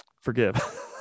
forgive